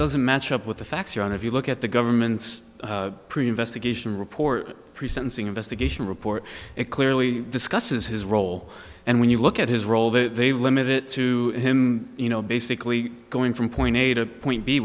doesn't match up with the facts your own if you look at the government's pretty investigation report pre sentencing investigation report it clearly discusses his role and when you look at his role that they limit it to him you know basically going from point a to point b